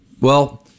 well-